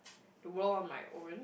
world of my own